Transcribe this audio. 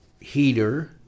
heater